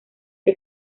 que